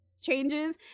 changes